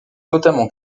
notamment